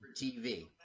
TV